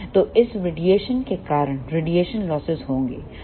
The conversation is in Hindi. तो इस रेडिएशन के कारण रेडिएशन लॉसेस होगी